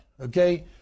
okay